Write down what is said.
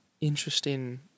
interesting